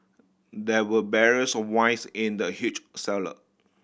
there were barrels of wines in the huge cellar